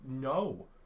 no